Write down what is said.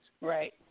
right